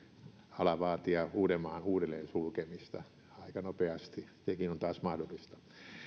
ala vaatia uudenmaan uudelleen sulkemista aika nopeasti sekin on taas mahdollista